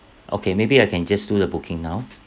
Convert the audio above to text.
okay maybe I can just do the booking now